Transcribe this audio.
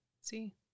See